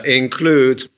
include